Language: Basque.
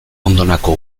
ondonako